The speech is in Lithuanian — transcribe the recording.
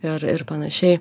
ir ir panašiai